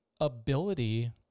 ability